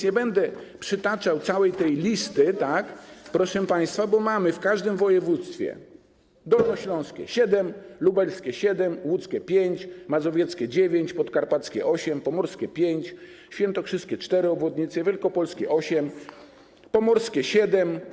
Nie będę przytaczał całej tej listy, proszę państwa, bo mamy obwodnice w każdym województwie: dolnośląskie - siedem, lubelskie - siedem, łódzkie - pięć, mazowieckie - dziewięć, podkarpackie - osiem, pomorskie - pięć, świętokrzyskie - cztery, wielkopolskie - osiem, pomorskie - siedem.